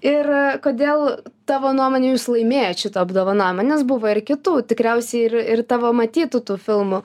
ir kodėl tavo nuomone jūs laimėjot šitą apdovanojimą nes buvo ir kitų tikriausiai ir ir tavo matytų tų filmų